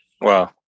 Wow